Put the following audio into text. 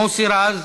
מוסי רז,